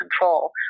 control